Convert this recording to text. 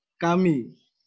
Kami